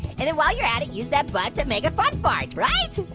and then while you're at it, use that butt to make a fun fart, right?